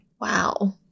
Wow